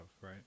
right